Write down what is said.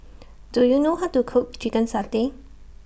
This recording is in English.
Do YOU know How to Cook Chicken Satay